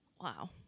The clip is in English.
Wow